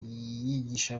yigisha